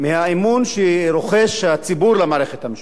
מהאמון שרוחש הציבור למערכת המשפט.